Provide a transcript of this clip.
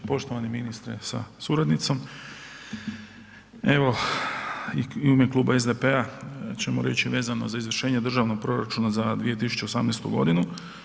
Poštovani ministre sa suradnicom, evo i u ime Kluba SDP-a ćemo reći vezano za izvršenje Državnog proračuna za 2018. godina.